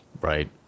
Right